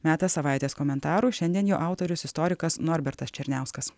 metas savaitės komentarui šiandien jo autorius istorikas norbertas černiauskas